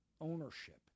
ownership